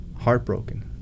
Heartbroken